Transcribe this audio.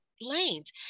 lanes